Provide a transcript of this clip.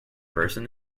person